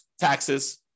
taxes